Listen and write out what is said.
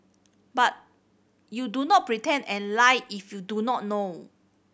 but you do not pretend and lie if you do not know